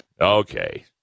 okay